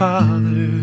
Father